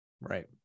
right